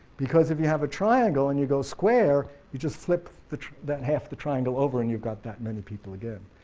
because, if you have a triangle and you go square, you just flip that half the triangle over and you've got that many people again.